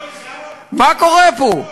שלא, מה קורה פה?